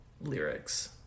lyrics